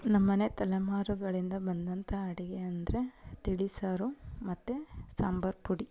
ನಮ್ಮ ಮನೆ ತಲೆಮಾರುಗಳಿಂದ ಬಂದಂಥ ಅಡಿಗೆ ಅಂದರೆ ತಿಳಿಸಾರು ಮತ್ತು ಸಾಂಬಾರ ಪುಡಿ